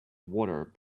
water